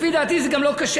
לפי דעתי זה גם לא כשר,